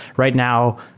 right now,